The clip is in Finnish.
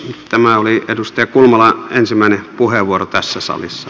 tämä oli edustaja kulmalan ensimmäinen puheenvuoro tässä salissa